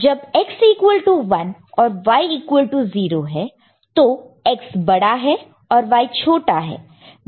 जब X1 और Y0 है तो X बड़ा है और Y छोटा है